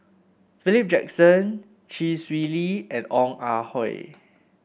Philip Jackson Chee Swee Lee and Ong Ah Hoi